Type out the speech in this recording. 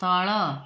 ତଳ